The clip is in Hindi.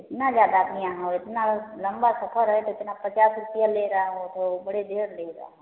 इतना ज़्यादा अपने यहाँ इतना लंबा सफर है तो इतना पचास रुपए ले रहा है तो बड़े देर ले रहा